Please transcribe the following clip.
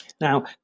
Now